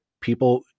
people